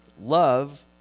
Love